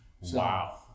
Wow